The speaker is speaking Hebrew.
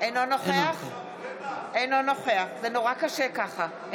אינו נוכח זה נורא קשה ככה.